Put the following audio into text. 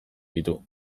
ditu